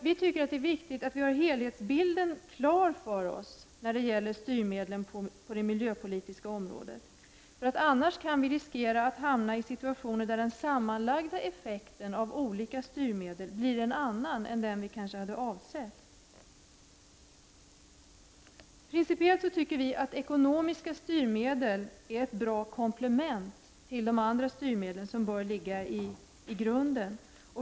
Vi tycker att det är viktigt att få helhetsbilden klar när det gäller styrmedlen på det miljöpolitiska området. Annars riskerar man att hamna i situationer där den sammanlagda effekten av olika styrmedel blir en annan än den som kanske var avsedd. Principiellt tycker vi i vänsterpartiet att ekonomiska styrmedel är ett bra komplement till de andra styrmedel som bör ligga i grunden.